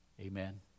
Amen